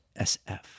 SF